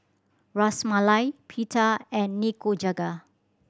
Ras Malai Pita and Nikujaga